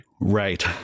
Right